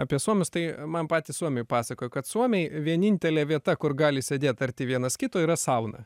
apie suomius tai man patys suomiai pasakojo kad suomiai vienintelė vieta kur gali sėdėt arti vienas kito yra sauna